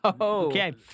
Okay